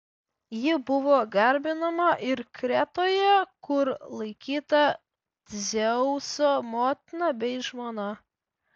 ji buvo garbinama ir kretoje kur laikyta dzeuso motina bei žmona